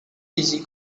easy